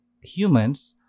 humans